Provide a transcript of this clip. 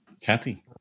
Kathy